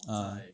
ah